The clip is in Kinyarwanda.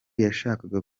yashakaga